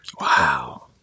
Wow